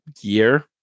year